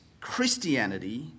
Christianity